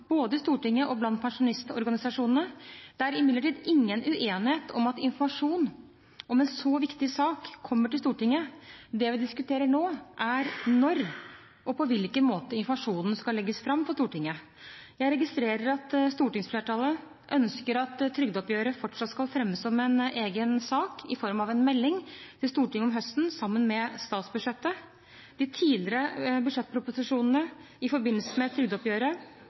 både i Stortinget og blant pensjonistorganisasjonene. Det er imidlertid ingen uenighet om at informasjon om en så viktig sak kommer til Stortinget. Det vi diskuterer, er når og på hvilken måte informasjonen skal legges fram for Stortinget. Jeg registrerer at stortingsflertallet ønsker at trygdeoppgjøret fortsatt skal fremmes som egen sak, i form av en melding til Stortinget om høsten, sammen med statsbudsjettet. De tidligere budsjettproposisjonene i forbindelse med trygdeoppgjøret